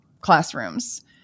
classrooms